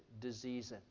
diseases